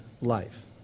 Life